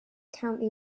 county